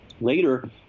Later